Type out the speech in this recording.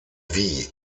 wie